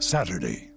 Saturday